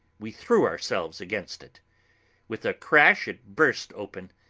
we threw ourselves against it with a crash it burst open,